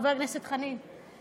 חבר הכנסת חנין?